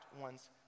one's